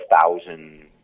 thousand